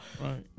Right